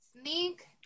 sneak